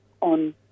on